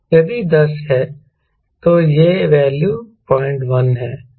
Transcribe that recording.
यदि यह 10 है तो यह वैल्यू 01 है